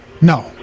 No